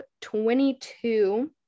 22